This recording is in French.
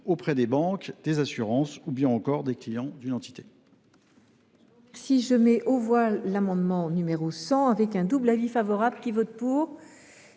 auprès des banques, des assurances ou des clients d’une entité.